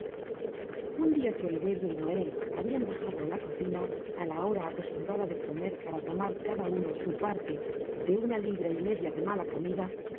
un dia que oliverio y noé habian bajado á la cocina á la hora acostumbrada de eomer para tomar cada uno su parte de una libra y media de mala comida